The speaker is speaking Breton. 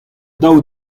daou